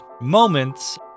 moments